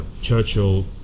Churchill